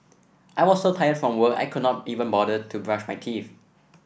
I was so tired from work I could not even bother to brush my teeth